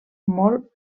molt